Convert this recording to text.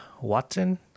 Watson